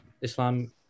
Islam